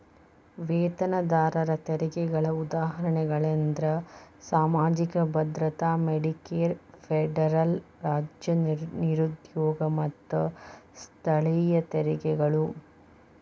ವೇತನದಾರರ ತೆರಿಗೆಗಳ ಉದಾಹರಣೆಗಳಂದ್ರ ಸಾಮಾಜಿಕ ಭದ್ರತಾ ಮೆಡಿಕೇರ್ ಫೆಡರಲ್ ರಾಜ್ಯ ನಿರುದ್ಯೋಗ ಮತ್ತ ಸ್ಥಳೇಯ ತೆರಿಗೆಗಳು